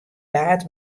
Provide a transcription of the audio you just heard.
waard